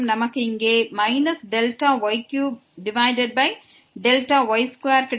நமக்கு இங்கே Δy3Δy2 கிடைக்கிறது